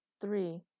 three